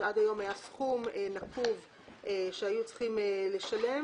שעד היום היה סכום נקוב שהיו צריכים לשלם